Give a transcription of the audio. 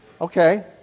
Okay